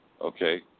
Okay